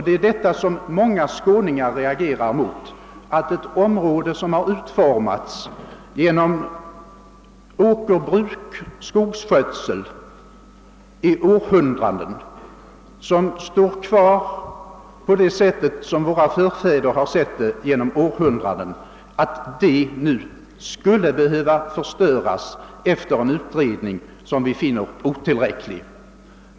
Det är detta som många skåningar reagerar mot: att ett område, som har fått sin karaktär av åkerbruk och skogsskötsel i århundraden och som står kvar på det sätt som våra förfäder sett det, nu skulle behöva förstöras efter en utredning som vi finner otillräcklig.